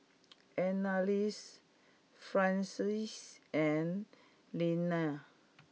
Annalise Frances and Linnea